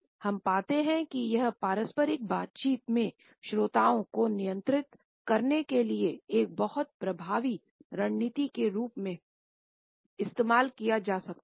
हम पाते हैं कि यह पारस्परिक बातचीत में श्रोताओं को नियंत्रित करने के लिए एक बहुत प्रभावी रणनीति के रूप में इस्तेमाल किया जा सकता हैं